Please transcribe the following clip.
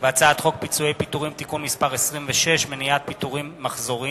הצעת חוק פיצויי פיטורים (תיקון מס' 26) (מניעת פיטורים מחזוריים),